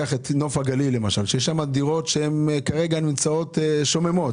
קח את נוף הגליל למשל שיש שם דירות שהן כרגע נמצאות שוממות.